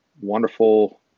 wonderful